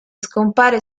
scompare